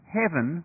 heaven